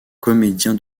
comédien